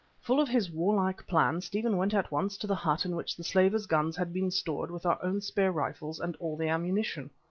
full of his warlike plan, stephen went at once to the hut in which the slavers' guns had been stored with our own spare rifles and all the ammunition.